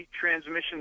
transmission